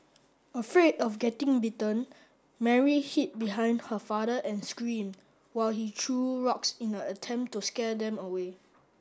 afraid of getting bitten Mary hid behind her father and screamed while he threw rocks in a attempt to scare them away